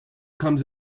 comes